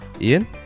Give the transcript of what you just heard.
Ian